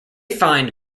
find